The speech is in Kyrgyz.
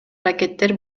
аракеттер